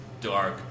dark